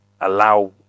allow